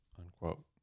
Unquote